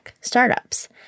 startups